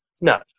no